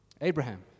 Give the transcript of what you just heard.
Abraham